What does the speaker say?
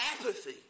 apathy